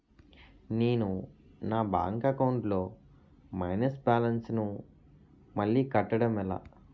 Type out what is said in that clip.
నేను నా bank account లొ మైనస్ బాలన్స్ ను మళ్ళీ కట్టడం ఎలా?